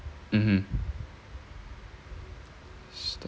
mmhmm stop